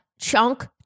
chunk